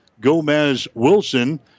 Gomez-Wilson